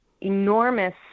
enormous